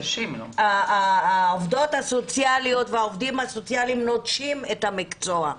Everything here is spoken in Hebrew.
העובדות והעובדים הסוציאליים נוטשים את המקצוע,